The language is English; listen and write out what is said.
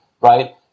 right